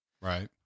Right